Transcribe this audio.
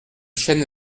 chêne